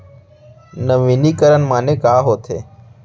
नवीनीकरण माने का होथे?